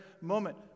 moment